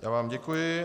Já vám děkuji.